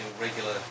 regular